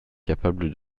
capable